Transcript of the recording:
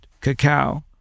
cacao